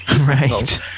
Right